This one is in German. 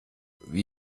wie